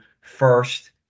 first